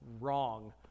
wrong